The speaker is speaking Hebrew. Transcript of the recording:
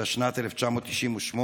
התשנ"ט 1998,